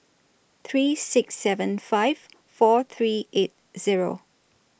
three six seven five four three eight zweo